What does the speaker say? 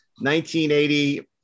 1980